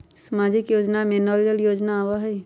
सामाजिक योजना में नल जल योजना आवहई?